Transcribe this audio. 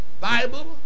Bible